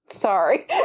Sorry